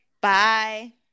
bye